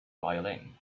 violin